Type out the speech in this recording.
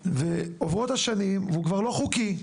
ועוברות השנים והוא כבר לא חוקי,